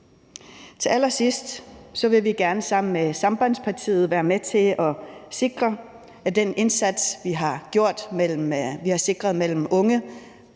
Til allersidst vil vi gerne sammen med Sambandspartiet være med til at sikre, at den indsats, vi har sikret mellem unge